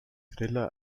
thriller